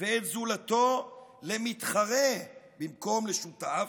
ואת זולתו למתחרה במקום לשותף,